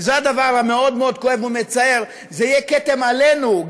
וזה הדבר המאוד-מאוד כואב ומצער: זה יהיה כתם עלינו,